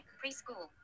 preschool